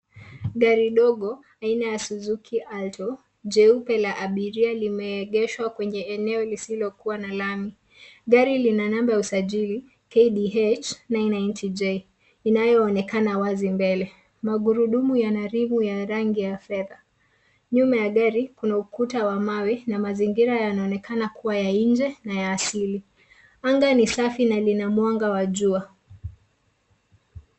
Gari ndogo aina ya Suzuki Alto, jeupe la abiria limeegeshwa kwenye eneo lisilo kuwa na lami. Gari lina namba ya usajili, KDH 990J , inayoonekana wazi mbele. Magurudumu yana rimu ya rangi ya fedha. Nyuma ya gari, kuna ukuta wa mawe na mazingira yanaonekana kuwa ya nje na ya asili. Anga ni safi na lina mwanga wa jua.